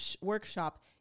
workshop